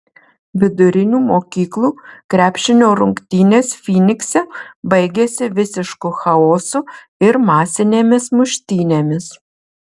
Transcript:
vidurinių mokyklų krepšinio rungtynės fynikse baigėsi visišku chaosu ir masinėmis muštynėmis